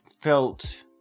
felt